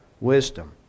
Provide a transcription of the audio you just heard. wisdom